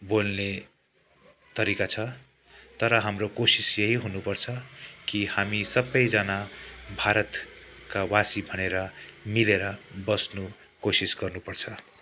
बोल्ने तरिका छ तर हाम्रो कोसिस यही हुनुपर्छ कि हामी सपैजना भारतका वासी भनेर मिलेर बस्नु कोसिस गर्नु पर्छ